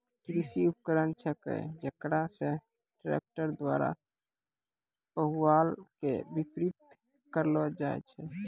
कृषि उपकरण छेकै जेकरा से ट्रक्टर द्वारा पुआल के बितरित करलो जाय छै